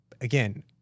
again-